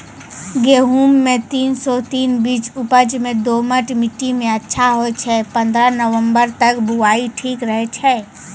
गेहूँम के तीन सौ तीन बीज उपज मे दोमट मिट्टी मे अच्छा होय छै, पन्द्रह नवंबर तक बुआई ठीक रहै छै